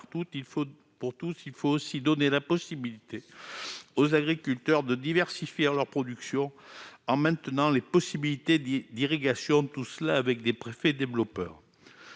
pour tous. Il faut également donner la possibilité aux agriculteurs de diversifier leur production en maintenant les possibilités d'irrigation, et ce avec des préfets développeurs.